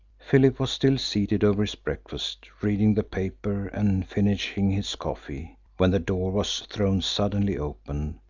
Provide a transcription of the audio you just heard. philip was still seated over his breakfast, reading the paper and finishing his coffee, when the door was thrown suddenly open,